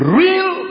real